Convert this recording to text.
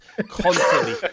constantly